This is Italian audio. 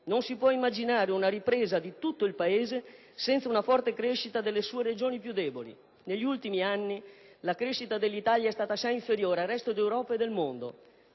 Non si può immaginare una ripresa di tutto il Paese senza una forte crescita delle sue Regioni più deboli. Negli ultimi anni la crescita dell'Italia è stata assai inferiore a quella del resto d'Europa e del mondo